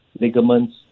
ligaments